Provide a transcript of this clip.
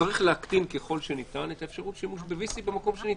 צריך להקטין ככל שניתן את האפשרות שימוש ב VC במקום שניתן.